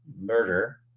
murder